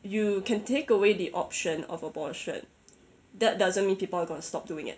you can take away the option of abortion that doesn't mean people are gonna stop doing it